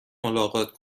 ملاقات